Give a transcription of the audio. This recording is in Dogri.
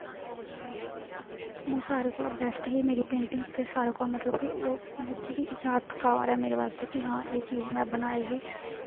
ओह् सारें कोला दा बैस्ट ही मेरी पेंटिंग सारें कोला दा मतलब कि यादगार ऐ मेरै बास्तै कि हां एह् चीज में बनाई ही